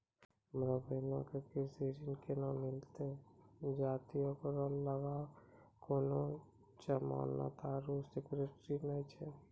हमरो बहिनो के कृषि ऋण केना मिलतै जदि ओकरा लगां कोनो जमानत आरु सिक्योरिटी नै छै?